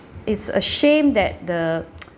it's a shame that the